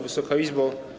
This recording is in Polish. Wysoka Izbo!